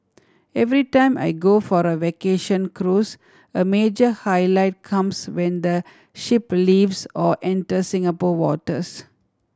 every time I go for a vacation cruise a major highlight comes when the ship leaves or enters Singapore waters